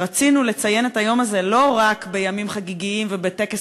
רצינו לציין את היום הזה לא רק בימים חגיגיים ובטקס